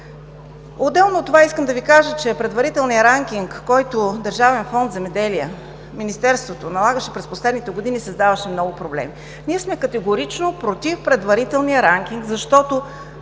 Отделно от това искам да Ви кажа, че предварителният ранкинг, който Държавен фонд „Земеделие“, Министерството налагаше през последните години, създаваше много проблеми. Ние сме категорично против предварителния ранкинг, защото